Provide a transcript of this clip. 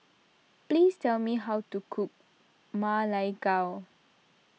please tell me how to cook Ma Lai Gao